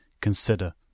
consider